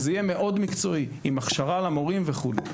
זה יהיה מקצועי מאוד עם הכשרה למורים וכו'.